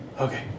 Okay